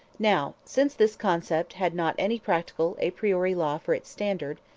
now, since this concept had not any practical a priori law for its standard,